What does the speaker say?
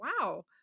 wow